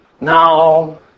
Now